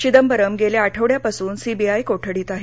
चिदंबरम गेल्या आठवड्यापासून सीबीआय कोठडीत आहेत